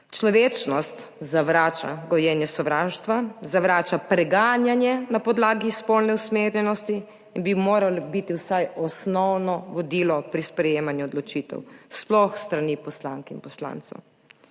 Človečnost zavrača gojenje sovraštva, zavrača preganjanje na podlagi spolne usmerjenosti in bi moralo biti vsaj osnovno vodilo pri sprejemanju odločitev, sploh s strani poslank in poslancev.